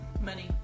Money